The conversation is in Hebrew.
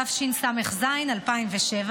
התשס"ז 2007,